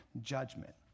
judgment